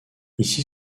ici